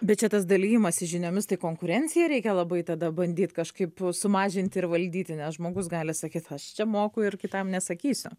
bet čia tas dalijimasis žiniomis tai konkurencija reikia labai tada bandyt kažkaip sumažinti ir valdyti nes žmogus gali sakyti aš čia moku ir kitam nesakysiu